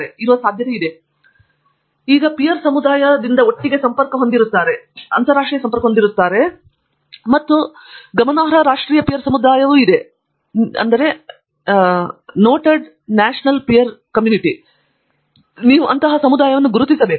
peer ಸಮುದಾಯದವರು ಮತ್ತು peer ಸಮುದಾಯದಿಂದ ಒಟ್ಟಿಗೆ ಸಂಪರ್ಕ ಹೊಂದಿದ್ದು ಅಂತರರಾಷ್ಟ್ರೀಯ ಮತ್ತು ಗಮನಾರ್ಹ ರಾಷ್ಟ್ರೀಯ ಪೀರ್ ಸಮುದಾಯವೂ ಇದೆ ಮತ್ತು ನೀವು ಪೀರ್ ಸಮುದಾಯವನ್ನು ಗುರುತಿಸಬೇಕು